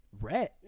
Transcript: red